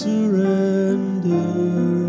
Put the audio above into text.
Surrender